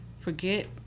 forget